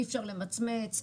אי-אפשר למצמץ,